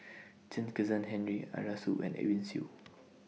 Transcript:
Chen Kezhan Henri Arasu and Edwin Siew